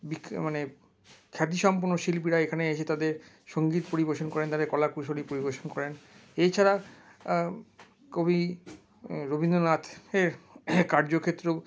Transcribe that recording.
বিখ্যাত মানে খ্যাতি সম্পন্ন শিল্পীরা এখানে এসে তাদের সঙ্গীত পরিবেশন করেন তাদের কলা কুশলী পরিবেশন করেন এছাড়া কবি রবীন্দ্রনাথের কার্যক্ষেত্র